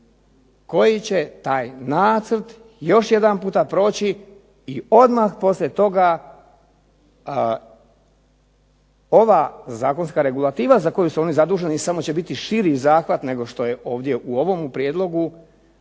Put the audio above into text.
koji će taj nacrt još jedan puta proći i odmah poslije toga ova zakonska regulativa za koju su oni zaduženi samo će biti širi zahvat nego što je ovdje u ovome prijedlogu,